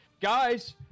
guys